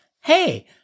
Hey